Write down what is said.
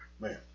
Man